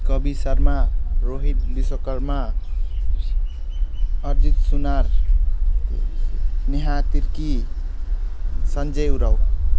कवि शर्मा रोहित विश्वकर्म अर्जित सुनार नेहा तिर्की सञ्जय उराव